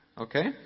Okay